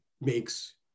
makes